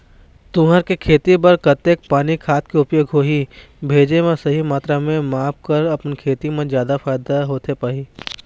तुंहर के खेती बर कतेक पानी खाद के उपयोग होही भेजे मा सही मात्रा के माप कर अपन खेती मा जादा फायदा होथे पाही?